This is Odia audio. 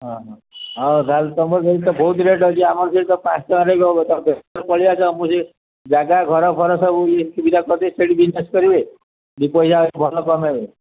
ହଁ ହଁ ହଉ ତାହେଲେ ତମର ସିଠି ତ ବହୁତ ରେଟ୍ ଅଛି ଆମର ସିଠି ତ ପାଞ୍ଚଟଙ୍କାରେ ମୁଁ ସେ ଜାଗା ଘର ଫର ସବୁ ଇଏ ସୁବିଧା କରିବେ ସେଇଠି ବିଜନେସ୍ କରିବେ ଦିପଇସା ଭଲ କମେଇବେ